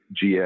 GS